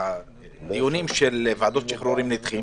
הדיונים של ועדות שחרורים נדחים.